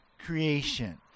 creation